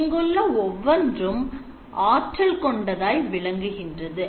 இங்குள்ள ஒவ்வொன்றும் power ஆற்றல் கொண்டதாய் விளங்குகின்றது